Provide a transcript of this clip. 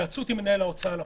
בהתייעצות עם מנהל ההוצאה לפועל.